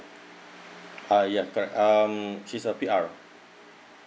ah ya correct um she's a P_R